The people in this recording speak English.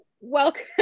welcome